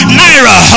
naira